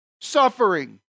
Suffering